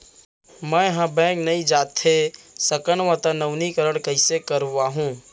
मैं ह बैंक नई जाथे सकंव त नवीनीकरण कइसे करवाहू?